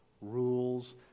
rules